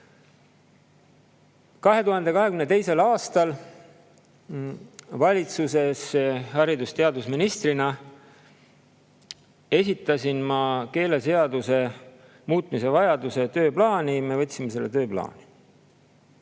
2022. aastal valitsuses haridus‑ ja teadusministrina esitasin ma keeleseaduse muutmise vajaduse tööplaani, ja me võtsime selle tööplaani.